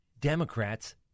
Democrats